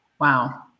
wow